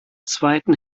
zweiten